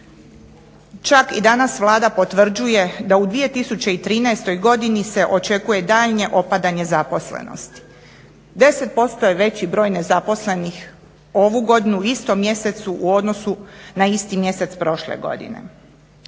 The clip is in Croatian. Čak i danas Vlada potvrđuje da u 2013. godini se očekuje daljnje opadanje zaposlenosti. 10% je veći broj nezaposlenih ovu godinu u istom mjesecu u odnosu na isti mjesec prošle godine.